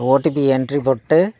OTP entry போட்டு